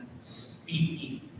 speaking